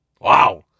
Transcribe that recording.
Wow